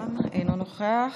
גם אינו נוכח,